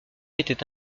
était